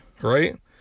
Right